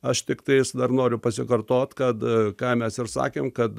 aš tiktais dar noriu pasikartot kad ką mes ir sakėm kad